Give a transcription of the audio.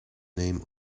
name